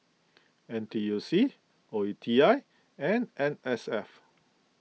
N T U C O E T I and M S F